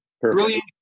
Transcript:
brilliant